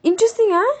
interesting ah